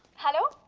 hello.